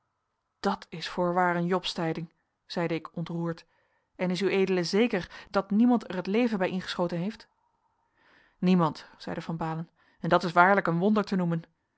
dat is voorwaar een jobstijding zeide ik ontroerd en is ued zeker dat niemand er het leven bij ingeschoten heeft niemand zeide van baalen en dat is waarlijk een wonder te noemen